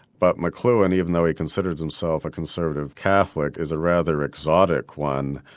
but mcluhan, even though he considers himself a conservative catholic, is a rather exotic one,